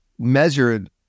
measured